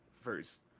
first